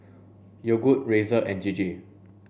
Yogood Razer and J J